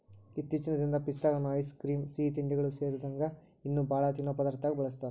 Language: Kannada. ಇತ್ತೇಚಿನ ದಿನದಾಗ ಪಿಸ್ತಾಗಳನ್ನ ಐಸ್ ಕ್ರೇಮ್, ಸಿಹಿತಿಂಡಿಗಳು ಸೇರಿದಂಗ ಇನ್ನೂ ಬಾಳ ತಿನ್ನೋ ಪದಾರ್ಥದಾಗ ಬಳಸ್ತಾರ